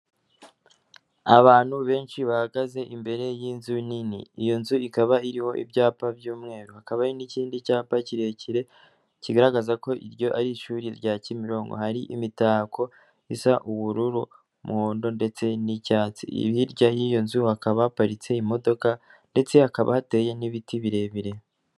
Abantu benshi bahagaze imbere y'inzu nini, iyo nzu ikaba iriho ibyapa by'umweru, hakaba n'ikindi cyapa kirekire kigaragaza ko iryo ari ishuri rya Kimironko, hari imitako isa ubururu, umuhondo ndetse n'icyatsi, hirya y'iyo nzu hakaba haparitse imodoka ndetse hakaba hateye n'ibiti birebire.